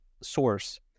source